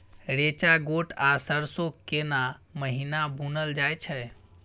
रेचा, गोट आ सरसो केना महिना बुनल जाय छै?